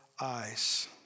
eyes